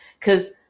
cause